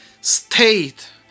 state